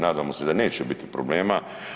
Nadamo se da neće biti problema.